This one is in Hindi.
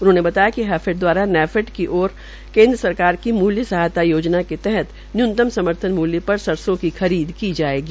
उन्होंने बताया कि हैफेड की ओर केन्द्र सरकार की मूल्य सहायता योजना के तहत न्यूनतम समर्थन मूल्य पर सरसों खरीद की जायेगी